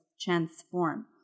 transform